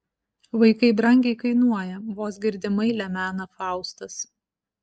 vaikai brangiai kainuoja vos girdimai lemena faustas